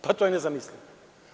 Pa to je nezamislivo.